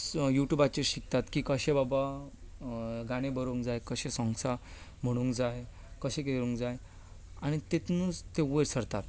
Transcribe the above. यूट्यूबाचेर शिकतात की कशे बाबा गाणे बरोवंक जाय कशे सोंग्सा म्हणूंक जाय कशें करूंक जाय आनी तातूंतच ते वयर सरतात